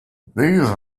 these